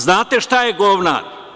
Znate šta je govnar?